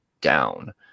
down